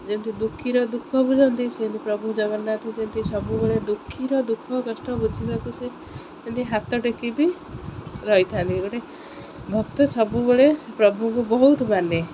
ଯେମିତି ଦୁଃଖୀର ଦୁଃଖ ବୁଝନ୍ତି ସେମିତି ପ୍ରଭୁ ଜଗନ୍ନାଥ ଯେମିତି ସବୁବେଳେ ଦୁଃଖୀର ଦୁଃଖ କଷ୍ଟ ବୁଝିବାକୁ ସେ ଯେମିତି ହାତ ଟେକିବି ରହିଥାନ୍ତି ଗୋଟେ ଭକ୍ତ ସବୁବେଳେ ସେ ପ୍ରଭୁଙ୍କୁ ବହୁତ ମାନେ